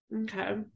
Okay